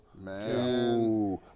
man